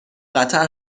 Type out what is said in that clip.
قطر